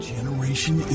Generation